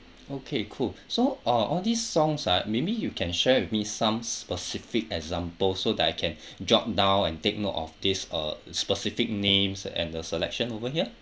okay cool so uh all these songs ah maybe you can share with me some specific example so that I can jot now and take note of this uh specific names and the selection over here